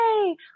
Yay